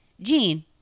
Gene